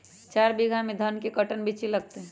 चार बीघा में धन के कर्टन बिच्ची लगतै?